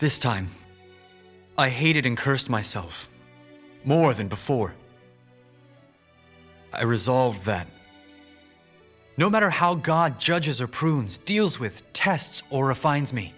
this time i hated him cursed myself more than before i resolved that no matter how god judges or proves deals with tests or a finds me